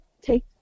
take